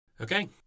Okay